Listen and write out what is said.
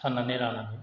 साननानै लानानै